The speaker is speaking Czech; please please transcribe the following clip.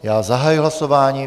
Já zahajuji hlasování.